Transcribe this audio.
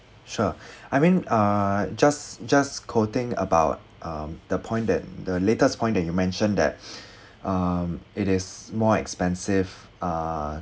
sure I mean err just just quoting about um the point that the latest point that you mentioned that um it is more expensive err